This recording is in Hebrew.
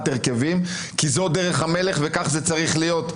הרכבים כי זו דרך המלך וכך זה צריך להיות.